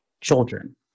children